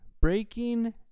breaking